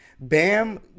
Bam